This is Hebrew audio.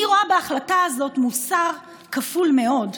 אני רואה בהחלטה הזאת מוסר כפול מאוד.